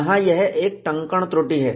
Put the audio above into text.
यहां यह एक टंकण त्रुटि है